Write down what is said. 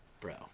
bro